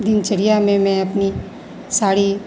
दिनचर्या में मैं अपनी सारी